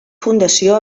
fundació